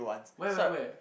where where where